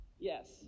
Yes